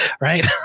right